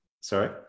sorry